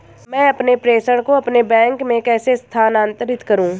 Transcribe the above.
मैं अपने प्रेषण को अपने बैंक में कैसे स्थानांतरित करूँ?